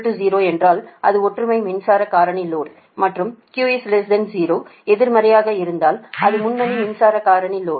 Q 0 என்றால் அது ஒற்றுமை மின்சார காரணி லோடு மற்றும் Q 0 எதிர்மறையாக இருந்தால் அது முன்னணி மின்சாரம் காரணி லோடு